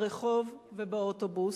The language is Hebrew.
ברחוב ובאוטובוס.